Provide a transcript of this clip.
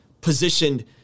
positioned